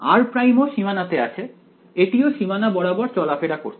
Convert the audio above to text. r' ও সীমানাতে আছে এটিও সীমানা বরাবর চলাফেরা করছে